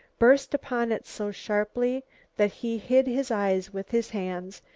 burst upon it so sharply that he hid his eyes with his hands,